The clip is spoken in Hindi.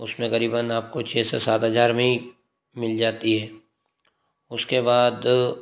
उसमें करीबन आपको छः से सात हजार में ही मिल जाती है उसके बाद